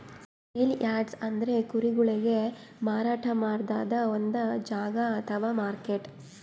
sale yards ಅಂದ್ರ ಕುರಿಗೊಳಿಗ್ ಮಾರಾಟ್ ಮಾಡದ್ದ್ ಒಂದ್ ಜಾಗಾ ಅಥವಾ ಮಾರ್ಕೆಟ್